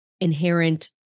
inherent